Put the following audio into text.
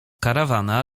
karawana